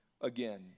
again